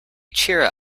cheer